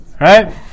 right